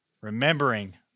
remembering